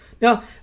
Now